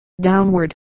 downward